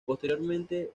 posteriormente